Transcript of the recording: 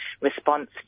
response